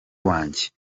wanjye